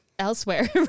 elsewhere